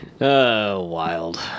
Wild